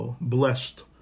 blessed